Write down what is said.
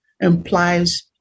implies